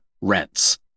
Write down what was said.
rents